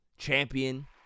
Champion